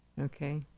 Okay